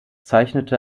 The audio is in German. zeichnete